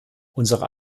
unsere